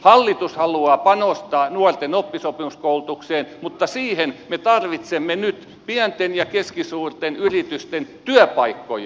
hallitus haluaa panostaa nuorten oppisopimuskoulutukseen mutta siihen me tarvitsemme nyt pienten ja keskisuurten yritysten työpaikkoja